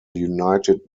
united